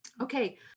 Okay